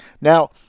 Now